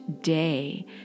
day